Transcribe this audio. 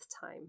time